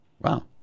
Wow